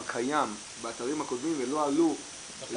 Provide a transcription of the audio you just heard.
קיים באתרים הקודמים ולא העלו ל-gov.il.